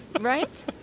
right